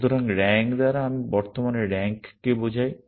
সুতরাং র্যাঙ্ক দ্বারা আমি বর্তমান র্যাঙ্ককে বোঝাই